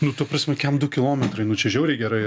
nu ta prasme kiam du kilometrai nu čia žiauriai gerai